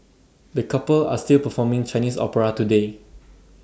the couple are still performing Chinese opera today